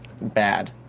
bad